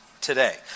today